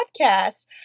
Podcast